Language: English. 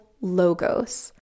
logos